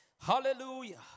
Hallelujah